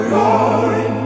Glory